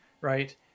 right